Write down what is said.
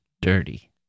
dirty